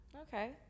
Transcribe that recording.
okay